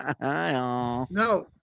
no